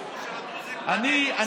הסיפור של הדרוזים ואני הייתי השר המקשר,